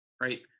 right